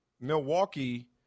Milwaukee